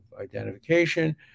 identification